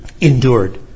endured